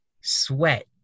sweat